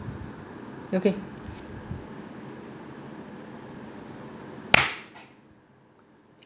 okay